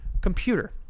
computer